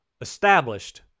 established